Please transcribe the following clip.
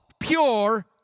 Pure